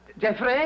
Jeffrey